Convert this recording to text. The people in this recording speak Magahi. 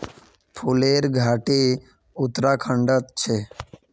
फूलेर घाटी उत्तराखंडत छे